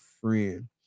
friend